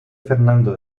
fernando